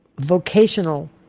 vocational